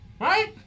Right